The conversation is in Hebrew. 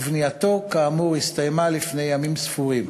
ובנייתו כאמור הסתיימה לפני ימים ספורים.